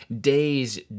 days